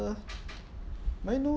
~(uh) may I know